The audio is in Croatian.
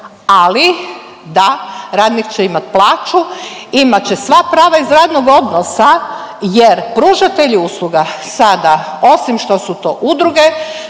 Ali da, radnik će imati plaću, imat će sva prava iz radnog odnosa jer pružatelji usluga sada osim što su to udruge